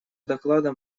докладом